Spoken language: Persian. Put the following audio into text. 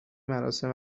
مراسم